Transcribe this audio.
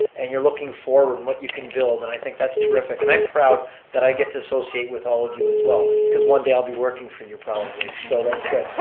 and you're looking forward in what you can build. and i think that's terrific and i'm proud that i get to associate with all of you as well. cause one day i'll be working for you probably, so that's good.